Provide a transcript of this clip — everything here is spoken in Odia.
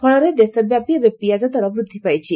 ଫଳରେ ଦେଶବ୍ୟାପୀ ଏବେ ପିଆଜ ଦର ବୃଦ୍ଧିପାଇଛି